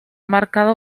marcado